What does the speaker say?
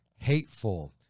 hateful